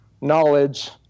knowledge